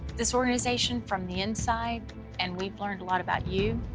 this organization from the inside and we've learned a lot about you.